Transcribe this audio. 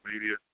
media